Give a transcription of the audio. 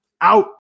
Out